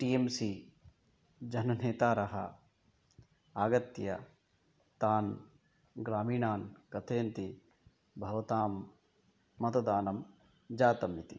T M C जननेतारः आगत्य तान् ग्रामीणान् कथयन्ति भवतां मतदानं जातम् इति